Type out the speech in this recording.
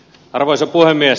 arvoisa puhemies